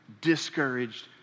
discouraged